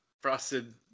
Frosted